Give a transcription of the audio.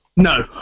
No